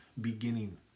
beginning